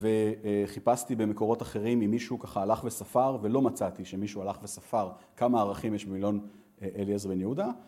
וחיפשתי במקורות אחרים אם מישהו ככה הלך וספר ולא מצאתי שמישהו הלך וספר כמה ערכים יש במילון אליעזר בן יהודה.